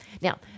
Now